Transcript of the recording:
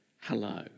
hello